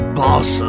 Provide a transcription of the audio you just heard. boss